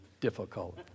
difficult